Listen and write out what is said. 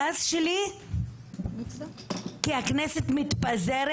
הכעס שלי כי הכנסת מתפזרת,